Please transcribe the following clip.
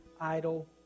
idle